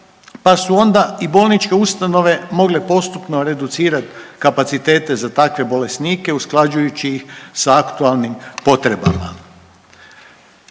pa su onda i bolničke ustanove mogle postupno reducirati kapacitete za takve bolesnike usklađujući ih sa aktualnim potrebama.